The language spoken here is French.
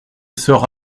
sort